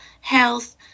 health